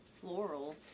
Floral